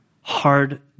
hard